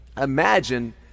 imagine